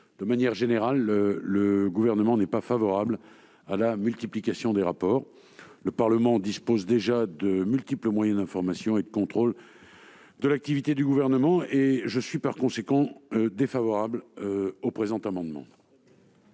De manière générale, le Gouvernement n'est pas favorable à la multiplication des rapports. Le Parlement dispose déjà de multiples moyens d'information et de contrôle de l'activité du Gouvernement. En conséquence, je suis défavorable à cet amendement.